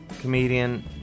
comedian